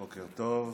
בוקר טוב.